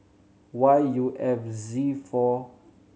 Y U F Z four